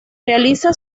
realiza